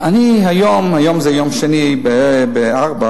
היא אמרה את זה בנאום שלה היום.